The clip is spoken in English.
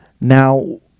Now